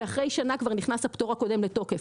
ואחרי שנה כבר נכנס הפטור הקודם לתוקף.